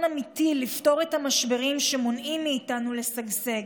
אמיתי לפתור את המשברים שמונעים מאיתנו לשגשג.